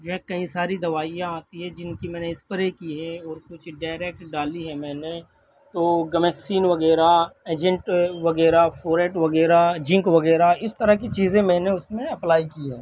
جو ہے کئی ساری دوائیاں آتی ہیں جن کی میں نے اسپرے کی ہے اور کچھ ڈائریکٹ ڈالی ہیں میں نے تو گیلکسین وغیرہ ایجنٹ وغیرہ فوریٹ وغیرہ جنک وغیرہ اس طرح کی چیزیں میں نے اس میں اپلائی کی ہے